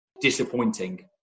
disappointing